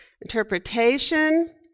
interpretation